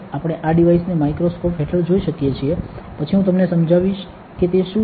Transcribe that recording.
આપણે આ ડિવાઇસને માઇક્રોસ્કોપ હેઠળ જોઈ શકીએ છીએ પછી હું તમને સમજાવીશ કે તે શું છે